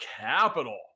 Capital